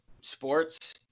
sports